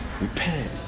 repent